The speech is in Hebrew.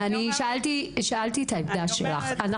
שאלתי את העמדה שלך.